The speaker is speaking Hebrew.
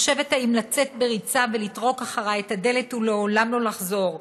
חושבת אם לצאת בריצה ולטרוק אחרי את הדלת ולעולם לא לחזור,